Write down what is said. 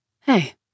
Hey